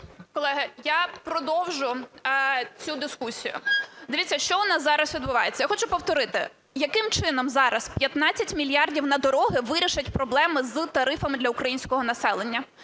Колеги, я продовжу цю дискусію. Дивіться, що в нас зараз відбувається? Я хочу повторити: яким чином зараз 15 мільярдів на дороги вирішать проблеми з тарифами для українського населення;